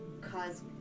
cause